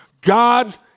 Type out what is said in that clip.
God